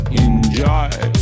enjoy